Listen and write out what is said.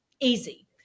easy